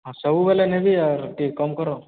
ଆଉ ସବୁବେଲେ ନେବି ଆଉ ଟିକେ କମ୍ କର